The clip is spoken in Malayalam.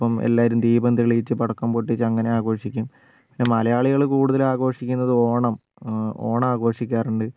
ഇപ്പൊൾ എല്ലാവരും ദീപം തെളിയിച്ചും പടക്കം പൊട്ടിച്ചും അങ്ങനെ ആഘോഷിക്കും പിന്നെ മലയാളികള് കൂടുതലും ആഘോഷിക്കുന്നത് ഓണം ഓണം ആഘോഷിക്കാറുണ്ട്